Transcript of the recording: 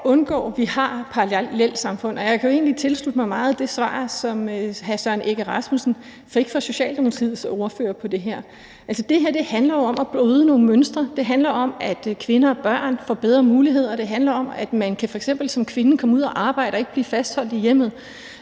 undgå, at vi får parallelsamfund. Jeg kan jo egentlig tilslutte mig meget af det svar, som hr. Søren Egge Rasmussen fik fra Socialdemokratiets ordfører på det her. Altså, det her handler jo om at bryde nogle mønstre. Det handler om, at kvinder og børn får bedre muligheder. Det handler om, at man f.eks. som kvinde kan komme ud at arbejde, og at man ikke bliver fastholdt i hjemmet.